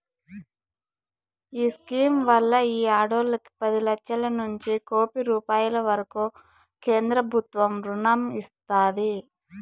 ఈ స్కీమ్ వల్ల ఈ ఆడోల్లకి పది లచ్చలనుంచి కోపి రూపాయిల వరకూ కేంద్రబుత్వం రుణం ఇస్తాది